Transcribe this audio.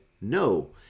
no